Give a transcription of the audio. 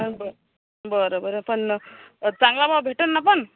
हां बरं बरं बरं पण चांगला भावा भेटेल ना पण